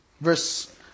Verse